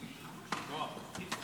להעביר את